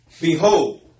behold